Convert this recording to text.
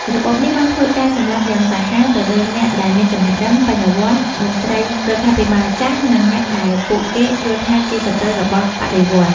របបនេះបានធ្វើការសម្លាប់យ៉ាងសាហាវទៅលើអ្នកដែលមានចំណេះដឹង បញ្ញាវន្ត មន្ត្រីរដ្ឋាភិបាលចាស់ និងអ្នកដែលពួកគេយល់ថាជាសត្រូវរបស់បដិវត្តន៍។